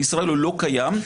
בישראל הוא לא קיים.